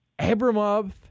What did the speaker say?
Abramov